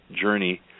journey